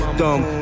dumb